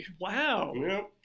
Wow